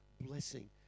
blessing